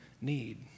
need